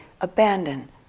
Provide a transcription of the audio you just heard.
abandon